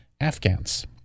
Afghans